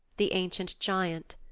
the ancient giant.